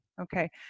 Okay